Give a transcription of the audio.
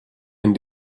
ein